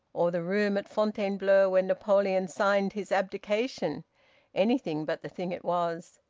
or the room at fontainebleau where napoleon signed his abdication anything but the thing it was.